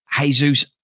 Jesus